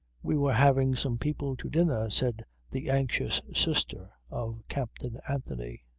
we were having some people to dinner, said the anxious sister of captain anthony.